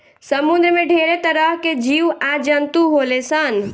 समुंद्र में ढेरे तरह के जीव आ जंतु होले सन